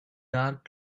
dark